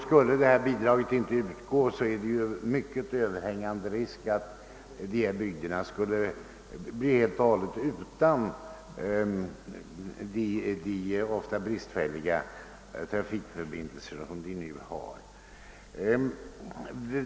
Skulle detta bidrag inte utgå är det överhängande risk för att dessa bygder skulle bli helt och hållet utan de, ofta bristfälliga, trafikförbindelser som de nu har.